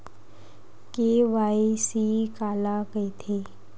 KYC काला कइथे?